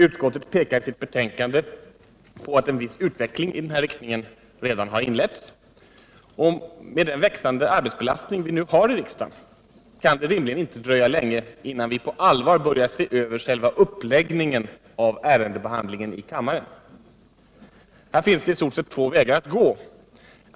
Utskottet pekar i sitt betänkande på att en viss utveckling iden här riktningen redan inletts, och med den växande arbetsbelastning vi nu har i riksdagen kan det rimligen inte dröja länge innan vi på allvar börjar se över själva uppläggningen av ärendebehandlingen i kammaren. Här finns det i stort sett två vägar att gå.